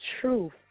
truth